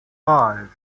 five